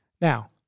Now